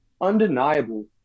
undeniable